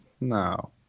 No